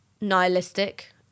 nihilistic